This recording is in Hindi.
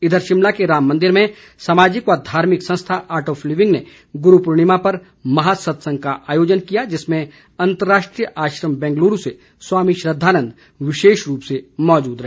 इधर शिमला के राम मंदिर में सामाजिक व धार्मिक संस्था आर्ट ऑफ लिविंग ने गुरू पूर्णिमा पर महासंत्संग का आयोजन किया जिसमें अंतर्राष्ट्रीय आश्रम बैंग्लुरू से स्वामी श्रद्वानंद विशेष रूप से मौजुद रहे